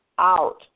out